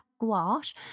gouache